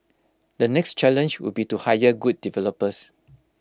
the next challenge would be to hire good developers